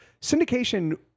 syndication